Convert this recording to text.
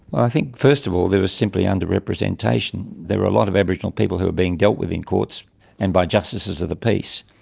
i think first of all there was simply underrepresentation. there were a lot of aboriginal people who were being dealt with in courts and by justices of the peace,